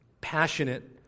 passionate